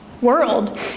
world